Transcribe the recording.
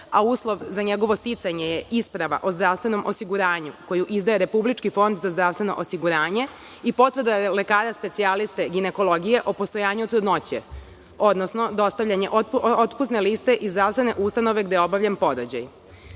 a uslov za njegovo sticanje je isprava o zdravstvenom osiguranju koju izdaje Republički fond za zdravstveno osiguranje i potvrda lekara specijaliste ginekologije o postojanju trudnoće, odnosno dostavljanje otpusne liste iz zdravstvene ustanove gde je obavljen porođaj.Za